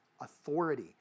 authority